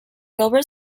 gilbert